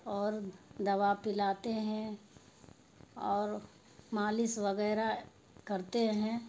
اور دوا پلاتے ہیں اور مالش وغیرہ کرتے ہیں